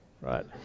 right